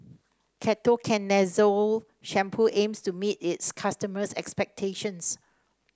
Ketoconazole Shampoo aims to meet its customers' expectations